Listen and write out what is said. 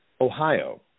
Ohio